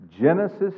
Genesis